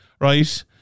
Right